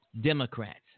Democrats